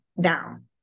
down